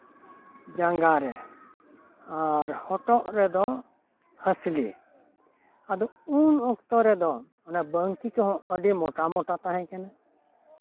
ᱡᱟᱸᱜᱟᱨᱮ ᱟᱨ ᱦᱚᱴᱚᱜ ᱨᱮᱫᱚ ᱦᱟᱹᱥᱞᱤ ᱟᱫᱚ ᱩᱱ ᱚᱠᱛᱚ ᱨᱮᱫᱚ ᱚᱱᱮ ᱵᱟᱝᱠᱤ ᱠᱚ ᱟᱹᱰᱤ ᱢᱳᱴᱟ ᱢᱳᱴᱟ ᱛᱟᱦᱮᱸ ᱠᱟᱱᱟ